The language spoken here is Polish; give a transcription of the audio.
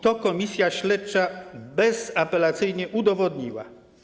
To komisja śledcza bezapelacyjnie udowodniła.